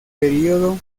período